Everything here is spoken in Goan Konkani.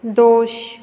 दोश